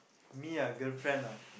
me ah girlfriend ah